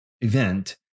event